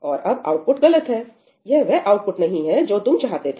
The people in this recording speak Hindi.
और अब आउटपुट गलत है यह वह आउटपुट नहीं है जो तुम चाहते थे